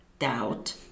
doubt